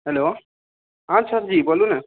hello हाँ sir ji बोलू ने